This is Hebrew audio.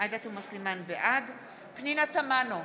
פנינה תמנו,